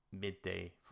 midday